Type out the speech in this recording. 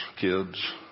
kids